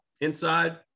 inside